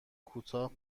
کوتاه